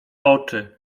oczy